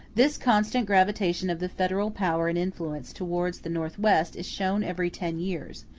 this constant gravitation of the federal power and influence towards the northwest is shown every ten years,